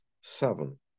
seven